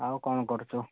ଆଉ କ'ଣ କରୁଛୁ